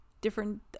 different